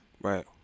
Right